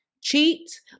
cheat